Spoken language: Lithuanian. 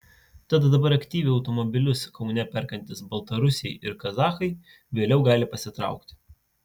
tad dabar aktyviai automobilius kaune perkantys baltarusiai ir kazachai vėliau gali pasitraukti